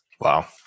Wow